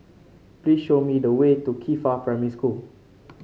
please show me the way to Qifa Primary School